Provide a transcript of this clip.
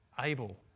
Abel